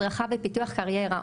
הדרכה ופיתח קריירה,